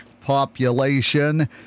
population